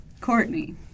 Courtney